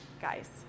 guys